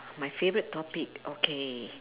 my favourite topic okay